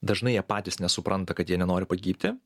dažnai jie patys nesupranta kad jie nenori pagyti